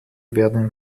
werden